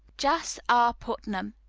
jas. r. putnam,